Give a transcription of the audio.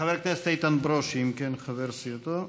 חבר הכנסת איתן ברושי, אם כן, חבר סיעתו.